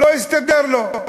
לא הסתדר לו.